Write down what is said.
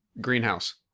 Greenhouse